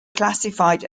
classified